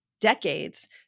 decades